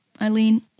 Eileen